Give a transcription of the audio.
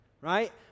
right